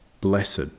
Blessed